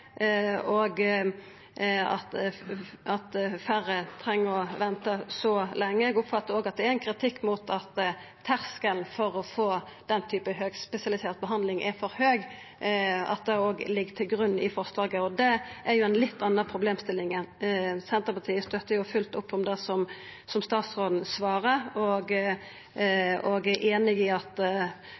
og at færre treng å venta så lenge. Eg oppfatta òg at det er ein kritikk mot at terskelen for å få den typen høgspesialisert behandling er for høg – at det òg ligg til grunn i forslaget – og det er jo ei litt anna problemstilling. Senterpartiet støttar fullt opp om det statsråden svarar, og er einig i at